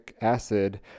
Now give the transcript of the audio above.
acid